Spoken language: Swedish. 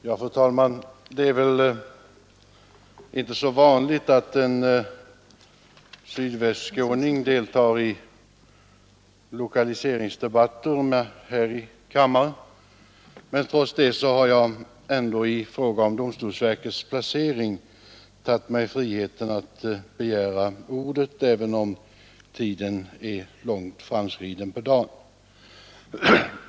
Fru talman! Det är väl inte så vanligt att en sydvästskåning deltar i lokaliseringsdebatter, men trots det har jag ändå i fråga om domstolsverkets placering tagit mig friheten att begära ordet, även om tiden är långt framskriden.